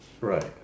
Right